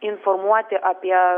informuoti apie